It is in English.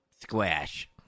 Squash